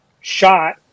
shot